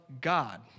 God